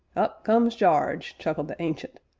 up comes jarge, chuckled the ancient.